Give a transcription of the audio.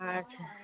अच्छा